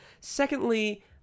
Secondly